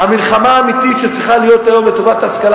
המלחמה האמיתית שצריכה להיות היום לטובת ההשכלה